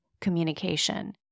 communication